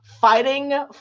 fighting